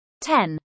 ten